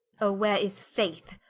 oh where is faith?